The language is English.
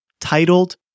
titled